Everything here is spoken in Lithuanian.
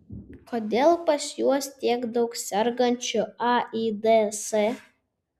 kodėl pas juos tiek daug sergančių aids